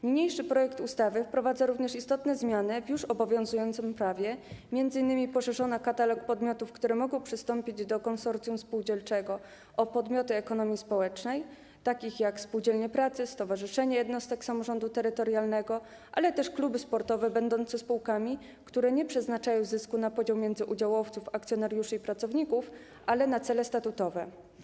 Niniejszy projekt ustawy wprowadza również istotne zmiany w już obowiązującym prawie, m.in. poszerzono katalog podmiotów, które mogą przystąpić do konsorcjum spółdzielczego, o podmioty ekonomii społecznej takie jak spółdzielnie pracy, stowarzyszenia jednostek samorządu terytorialnego, ale też kluby sportowe będące spółkami, które nie przeznaczają zysku na podział między udziałowców, akcjonariuszy i pracowników, ale na cele statutowe.